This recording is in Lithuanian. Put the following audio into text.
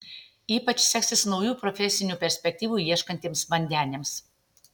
ypač seksis naujų profesinių perspektyvų ieškantiems vandeniams